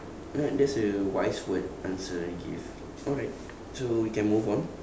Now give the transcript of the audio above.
right that's a wise word answer you gave alright so we can move on